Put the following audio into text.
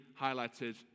highlighted